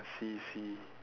I see I see